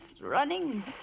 running